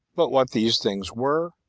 but what these things were,